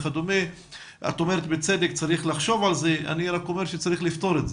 ואני אומר שצריך לפתור את זה.